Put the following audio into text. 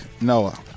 Noah